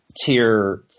tier